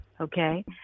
okay